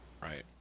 right